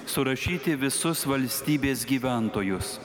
surašyti visus valstybės gyventojus